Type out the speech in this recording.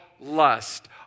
lust